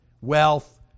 wealth